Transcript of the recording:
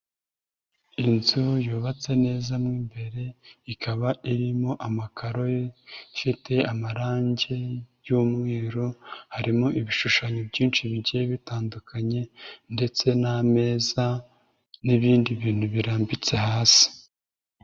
Inzu yubatse neza n'imbere ikaba irimo amakaro, ifite amarangi y'umweru harimo ibishushanyo byinshi bike bitandukanye ndetse n'ameza n'ibindi bintu birambitse hasi.